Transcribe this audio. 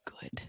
Good